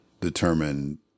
determine